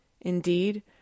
Indeed